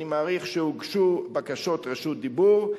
אני מעריך שהוגשו בקשות רשות דיבור.